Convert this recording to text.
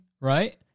right